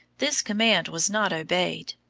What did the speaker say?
this command was not obeyed,